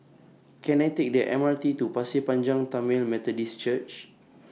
Can I Take The M R T to Pasir Panjang Tamil Methodist Church